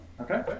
Okay